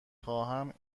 خواهم